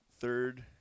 third